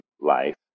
life